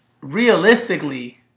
realistically